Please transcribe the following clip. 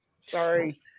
Sorry